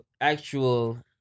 Actual